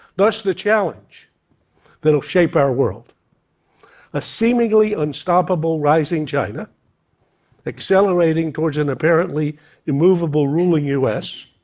thus, the challenge that will shape our world a seemingly unstoppable rising china accelerating towards an apparently immovable ruling us,